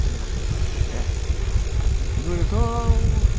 दे गोदोथ'